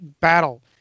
battle